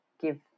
give